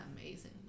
amazing